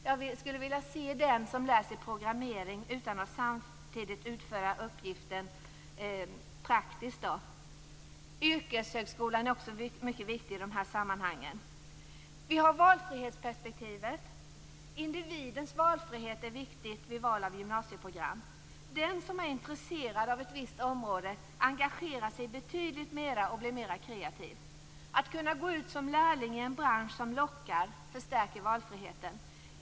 Jag skulle vilja se den som lär sig programmering utan att samtidigt utföra uppgiften praktiskt. Yrkeshögskolan är också mycket viktig i de här sammanhangen. När det gäller valfrihetsperspektivet är individens valfrihet viktig vid val av gymnasieprogram. Den som är intresserad av ett visst område engagerar sig betydligt mer och blir mer kreativ. Att kunna gå ut som lärling i en bransch som lockar förstärker valfriheten.